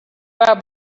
were